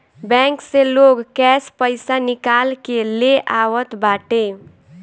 bank से लोग cash पईसा निकाल के ले आवत बाटे